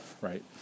right